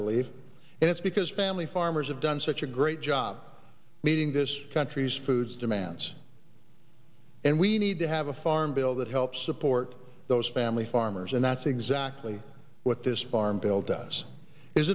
believe and it's because family farmers have done such a great job meeting this country's foods demands and we need to have a farm bill that helps support those family farmers and that's exactly what this farm bill does is